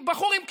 בחור עם קשיים,